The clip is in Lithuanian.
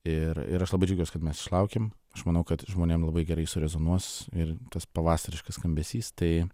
ir ir aš labai džiaugiuos kad mes išlaukėm aš manau kad žmonėm labai gerai surezonuos ir tas pavasariškas skambesys tai